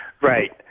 Right